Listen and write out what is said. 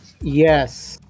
Yes